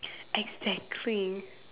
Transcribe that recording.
exactly